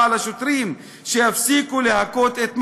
על השוטרים שיפסיקו להכות את מייסם,